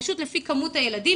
פשוט לפי כמות הילדים,